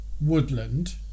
woodland